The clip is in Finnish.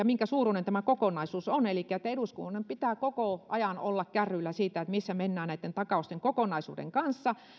minkä suuruinen tämä kokonaisuus on elikkä eduskunnan pitää koko ajan olla kärryillä siitä missä mennään takausten kokonaisuuden kanssa